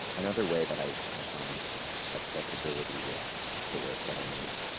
another way that i i find accessibility with the work that i make